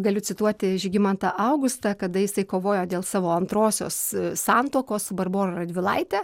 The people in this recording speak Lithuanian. galiu cituoti žygimantą augustą kada jisai kovojo dėl savo antrosios santuokos barbora radvilaitė